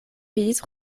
vidis